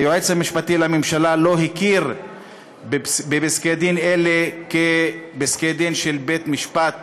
היועץ המשפטי לממשלה לא הכיר בפסקי-דין אלה כפסקי-דין של בית-משפט